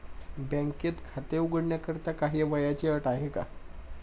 बँकेत खाते उघडण्याकरिता काही वयाची अट आहे का?